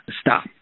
stop